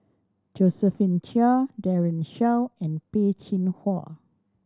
Josephine Chia Daren Shiau and Peh Chin Hua